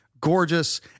Gorgeous